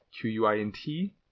Q-U-I-N-T